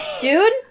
dude